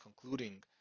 concluding